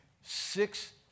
six